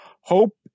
Hope